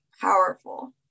powerful